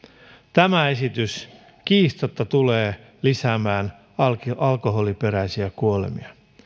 tämä esitys kiistatta tulee lisäämään alkoholiperäisiä kuolemia